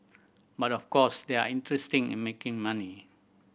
but of course they are interesting in making money